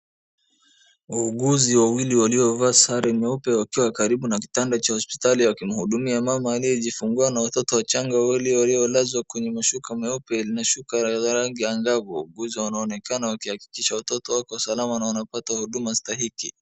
Wauguzi wawili waliovaa sare nyeupe wakiwa karibu na kitanda cha hospitali wakimhudumia mama aliyejifungua na watoto wachanga wawili waliolazwa kwenye mashuka meupe mashuka na shuka la rangi angavu. Wauguzi wanaonekana wakihakikisha watoto wako salama na wanapata huduma stahiki.